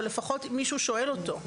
אבל לפחות מישהו שואל אותו.